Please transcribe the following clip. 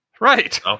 right